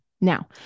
Now